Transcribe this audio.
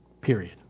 period